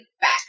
back